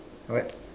what